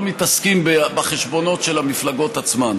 לא מתעסקים בחשבונות של המפלגות עצמן,